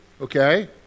okay